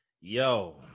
Yo